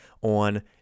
on